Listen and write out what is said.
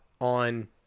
on